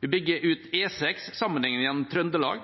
Vi bygger ut E6 sammenhengende i Trøndelag.